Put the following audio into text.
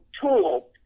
tool